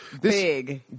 Big